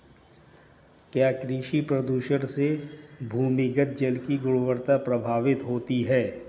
क्या कृषि प्रदूषण से भूमिगत जल की गुणवत्ता प्रभावित होती है?